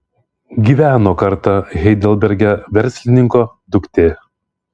gyveno kartą heidelberge verslininko duktė